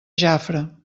jafre